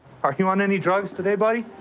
are you on any drugs today, buddy?